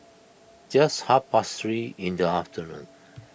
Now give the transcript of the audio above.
just half past three in the afternoon